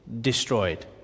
destroyed